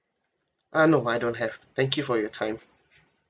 uh no I don't have thank you for your time